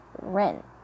Rent